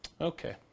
Okay